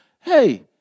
Hey